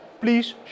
Please